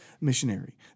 missionary